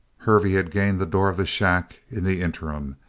hervey had gained the door of the shack in the interim,